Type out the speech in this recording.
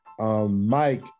Mike